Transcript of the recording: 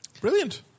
Brilliant